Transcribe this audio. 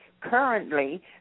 Currently